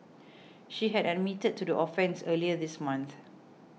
she had admitted to the offences earlier this month